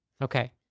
Okay